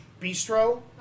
bistro